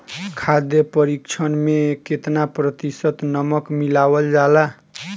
खाद्य परिक्षण में केतना प्रतिशत नमक मिलावल जाला?